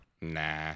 Nah